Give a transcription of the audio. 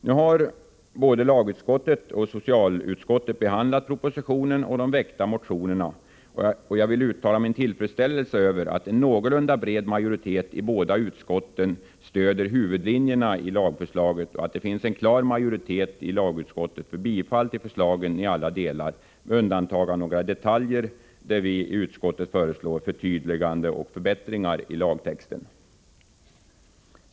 Nu har både lagutskottet och socialutskottet behandlat propositionen och de många väckta motionerna, och jag vill uttala min tillfredsställelse över att en någorlunda bred majoritet i båda utskotten stöder huvudlinjerna i lagförslaget och att det finns en klar majoritet i lagutskottet för bifall till förslagen i alla delar — med undantag av några detaljer, där vi föreslår förtydliganden och förbättringar i lagtexten.